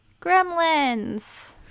Gremlins